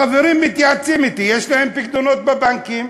חברים מתייעצים אתי, יש להם פיקדונות בבנקים,